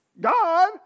God